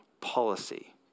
policy